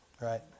Right